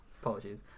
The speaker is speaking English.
apologies